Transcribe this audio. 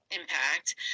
impact